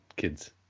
kids